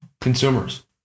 consumers